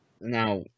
now